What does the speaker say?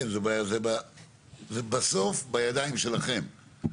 זה בסוף בידיים שלכם.